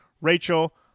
Rachel